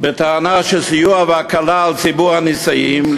בטענה של סיוע והקלה על ציבור הנישאים,